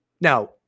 Now